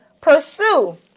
Pursue